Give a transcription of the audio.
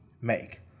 make